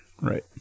right